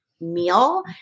meal